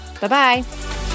Bye-bye